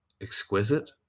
exquisite